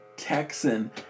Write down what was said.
Texan